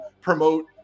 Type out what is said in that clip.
promote